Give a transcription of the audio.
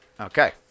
Okay